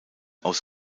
aus